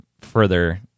further